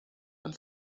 and